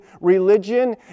religion